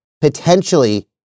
potentially